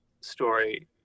story